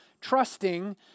trusting